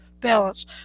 balance